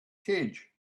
cage